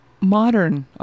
modern